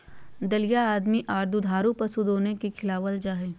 दलिया आदमी आर दुधारू पशु दोनो के खिलावल जा हई,